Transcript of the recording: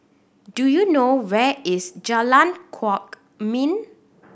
do you know where is Jalan Kwok Min